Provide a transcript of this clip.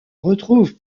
retrouve